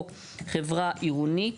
או חברה עירונית,